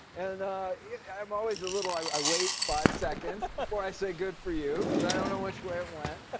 and yeah i'm always a little i wait five seconds before i say, good for you, cause i don't know which way it went. ah